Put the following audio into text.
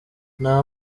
nta